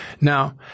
Now